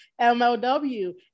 MLW